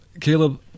Caleb